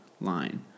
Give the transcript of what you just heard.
line